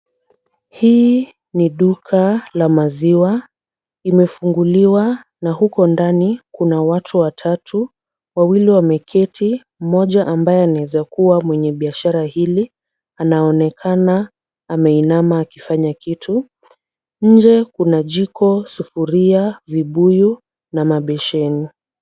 Hii ni duka la maziwa. Imefunguliwa na uko ndani kuna watu watatu. Wawili wameketi mmoja ambaye anaeza kuwa mwenye biashara hili anaonekana ameinama akifanya kitu. Nje kuna jiko, sufuria, vibuyu na besheni.